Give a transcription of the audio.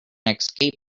escape